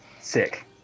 Sick